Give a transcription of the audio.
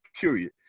period